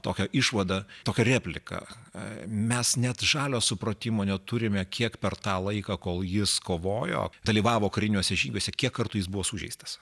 tokią išvadą tokią repliką mes net žalio supratimo neturime kiek per tą laiką kol jis kovojo dalyvavo kariniuose žygiuose kiek kartų jis buvo sužeistas